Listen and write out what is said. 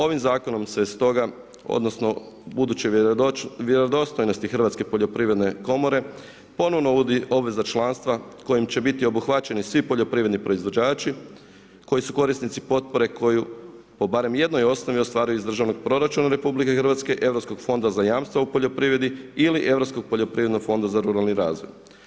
Ovim zakonom se stoga, odnosno buduće vjerodostojnosti Hrvatske poljoprivredne komore, ponovna obveza članstva, kojim će biti obuhvaćeni svi poljoprivredni proizvođači koji su korisnici potpore koju po barem jednoj osnovi ostvaruju iz državnog proračuna RH, Europskog fonda za jamstvo u poljoprivredi ili Europskog poljoprivrednog fonda za ruralni razvoj.